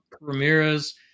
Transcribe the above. Ramirez